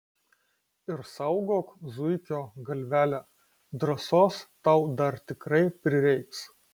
ir saugok zuikio galvelę drąsos tau dar tikrai prireiks